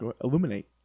Illuminate